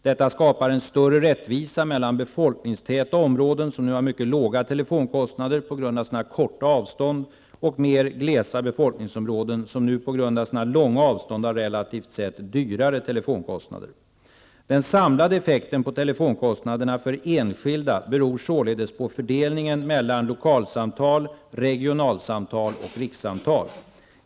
Detta skapar en större rättvisa mellan befolkningstäta områden, som nu har mycket låga telefonkostnader på grund av sina korta avstånd, och mer glesa befolkningsområden, som nu på grund av sina långa avstånd har relativt sett dyrare telefonkostnader. Den samlade effekten på telefonkostnaderna för enskilda beror således på fördelningar mellan lokalsamtal, regionalsamtal och rikssamtal.